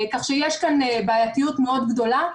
כך שיש כאן בעייתיות מאוד גדולה.